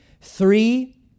three